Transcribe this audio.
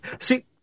See